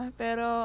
pero